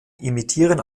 imitieren